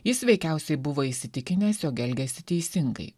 jis veikiausiai buvo įsitikinęs jog elgiasi teisingai